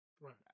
Right